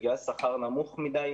בגלל שכר נמוך מדי,